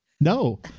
No